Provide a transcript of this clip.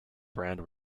brand